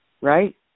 Right